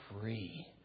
free